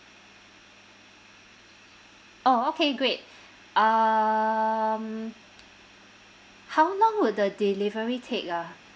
orh okay great um how long will the delivery take ah